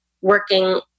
working